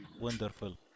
Wonderful